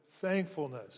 thankfulness